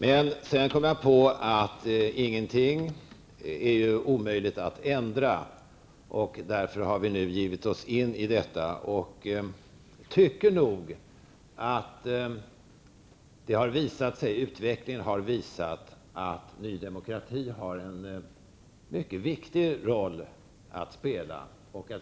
Men sedan kom jag på att ingenting är omöjligt att ändra. Därför har vi nu givit oss in i detta och tycker nog att utvecklingen har visat att Ny Demokrati har en mycket viktig roll att spela.